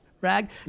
Rag